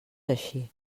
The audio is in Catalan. així